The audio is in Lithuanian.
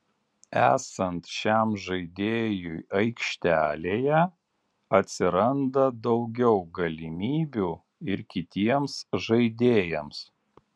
esant šiam žaidėjui aikštelėje atsiranda daugiau galimybių ir kitiems žaidėjams